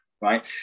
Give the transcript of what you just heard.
Right